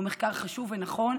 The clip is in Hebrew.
הוא מחקר חשוב ונכון,